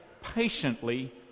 patiently